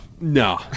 No